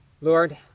lord